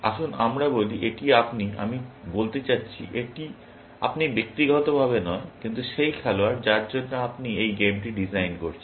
আসুন আমরা বলি এটি আপনি আমি বলতে চাচ্ছি এটা আপনি ব্যক্তিগতভাবে নয় কিন্তু সেই খেলোয়াড় যার জন্য আপনি এই গেমটি ডিজাইন করছেন